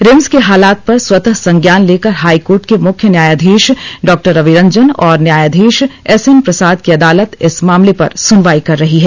RIMS के हालात पर स्वतः संज्ञान लेकर हाई कोर्ट के मुख्य न्यायाधीश डा रवि रंजन और न्यायाधीश एसएन प्रसाद की अदालत इस मामले पर सुनवाई कर रही है